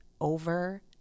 over